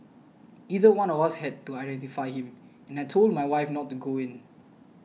either one of us had to identify him and I told my wife not to go in